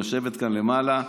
היא יושבת כאן למעלה,